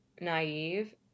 naive